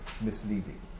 misleading